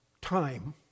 time